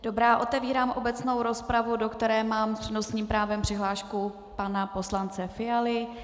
Dobrá, otevírám obecnou rozpravu, do které mám s přednostním právem přihlášku pana poslance Fialy.